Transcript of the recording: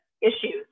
issues